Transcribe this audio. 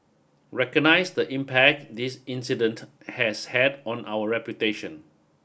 recognise the impact this incident has had on our reputation